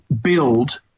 build